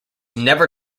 never